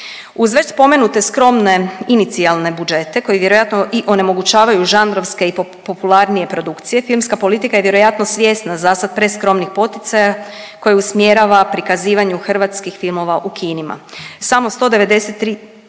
Uz već spomenute skromne inicijalne budžete koji vjerojatno i onemogućavaju žanrovske i popularnije produkcije filmska politika je vjerojatno svjesna zasad preskromnih poticaja koje usmjerava prikazivanju hrvatskih filmova u kinima.